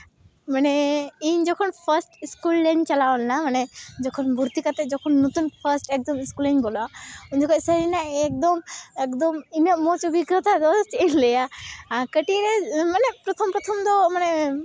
ᱢᱟᱱᱮ ᱤᱧ ᱡᱚᱠᱷᱚᱱ ᱯᱷᱟᱥᱴ ᱤᱥᱠᱩᱞ ᱨᱮᱧ ᱪᱟᱞᱟᱣ ᱞᱮᱱᱟ ᱢᱟᱱᱮ ᱡᱚᱠᱷᱚᱱ ᱵᱷᱚᱨᱛᱤ ᱠᱟᱛᱮᱫ ᱡᱚᱠᱷᱚᱱ ᱱᱚᱛᱩᱱ ᱯᱷᱟᱥᱴ ᱮᱠᱫᱚᱢ ᱤᱥᱠᱩᱞ ᱤᱧ ᱵᱚᱞᱚᱜᱼᱟ ᱩᱱ ᱡᱚᱠᱷᱚᱡ ᱥᱟᱹᱨᱤᱱᱟᱜ ᱮᱠᱫᱚᱢ ᱮᱠᱫᱚᱢ ᱤᱧᱟᱹᱜ ᱢᱚᱡᱽ ᱚᱵᱷᱤᱜᱚᱛᱟ ᱫᱚ ᱪᱮᱫ ᱤᱧ ᱞᱟᱹᱭᱟ ᱠᱟᱹᱴᱤᱡ ᱨᱮ ᱢᱟᱱᱮ ᱯᱨᱚᱛᱷᱚᱢ ᱯᱨᱚᱛᱷᱚᱢ ᱫᱚ ᱢᱟᱱᱮ